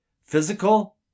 physical